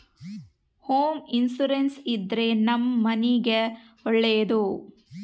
home insurance ಇದ್ರೆ ನಮ್ ಮನೆಗ್ ಒಳ್ಳೇದು